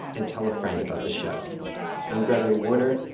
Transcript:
and tell a friend about the show i'm gregory warner,